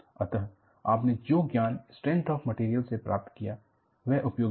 अतः आपने जो ज्ञान स्ट्रैंथ आफ मैटेरियल से प्राप्त किया वह उपयोगी था